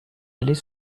allait